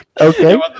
Okay